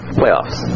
playoffs